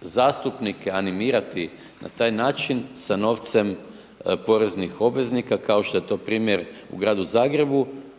zastupnike animirati na taj način sa novcem poreznih obveznika kao što je to primjer u Gradu Zagrebu